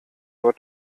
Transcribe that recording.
aber